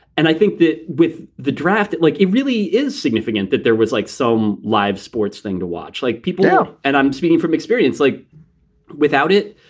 and i think that with the draft it like it really is significant that there was like some live sports thing to watch. like people now and i'm speaking from experience, like without it,